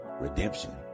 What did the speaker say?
redemption